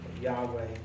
Yahweh